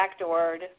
backdoored